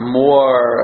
more